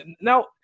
now